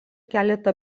keletą